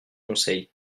conseil